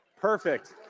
perfect